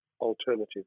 alternative